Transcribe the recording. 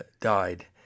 died